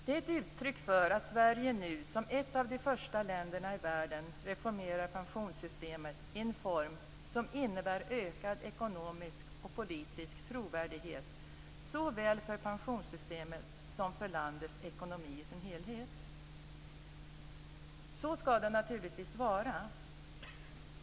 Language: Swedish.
Detta är ett uttryck för att Sverige nu som ett av de första länderna i världen reformerar pensionssystemet i en form som innebär ökad ekonomisk och politisk trovärdighet såväl för pensionssystemet som för landets ekonomi i sin helhet. Så skall det naturligtvis vara.